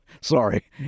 sorry